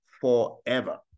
forever